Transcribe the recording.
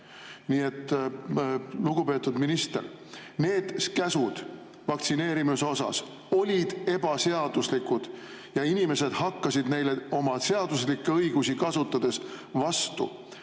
Nii et, lugupeetud minister, need käsud vaktsineerimise kohta olid ebaseaduslikud ja inimesed hakkasid neile oma seaduslikke õigusi kasutades vastu.